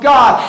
God